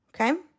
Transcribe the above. okay